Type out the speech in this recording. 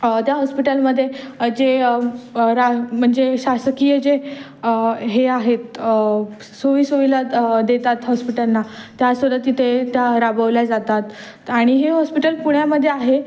त्या हॉस्पिटलमध्ये जे रा म्हणजे शासकीय जे हे आहेत सोयीसुविधा देतात हॉस्पिटलना त्यासुद्धा तिथे त्या राबवल्या जातात आणि हे हॉस्पिटल पुण्यामध्ये आहे